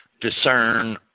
discern